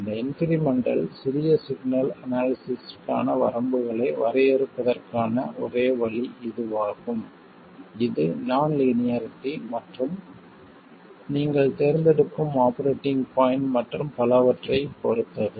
இந்த இன்க்ரிமெண்டல் சிறிய சிக்னல் அனாலிசிஸ்ற்கான வரம்புகளை வரையறுப்பதற்கான ஒரே வழி இதுவாகும் இது நான் லீனியாரிட்டி மற்றும் நீங்கள் தேர்ந்தெடுக்கும் ஆபரேட்டிங் பாய்ண்ட் மற்றும் பலவற்றைப் பொறுத்தது